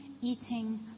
eating